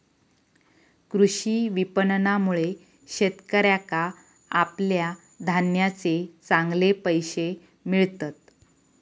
कृषी विपणनामुळे शेतकऱ्याका आपल्या धान्याचे चांगले पैशे मिळतत